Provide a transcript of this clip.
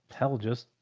hell just.